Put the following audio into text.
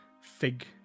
Fig